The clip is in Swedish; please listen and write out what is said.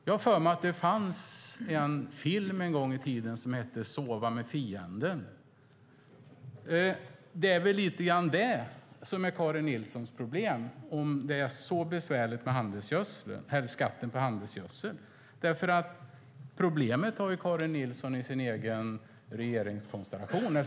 Jag har för mig att det fanns en film en gång i tiden som hette Sova med fienden . Det är väl lite grann det som är Karin Nilssons problem om det är så besvärligt med skatten på handelsgödsel, för problemet har ju Karin Nilsson i sin egen regeringskonstellation.